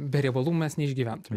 be riebalų mes neišgyventume